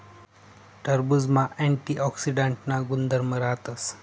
टरबुजमा अँटीऑक्सीडांटना गुणधर्म राहतस